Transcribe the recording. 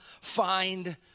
find